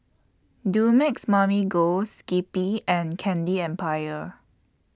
Dumex Mamil Gold Skippy and Candy Empire